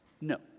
no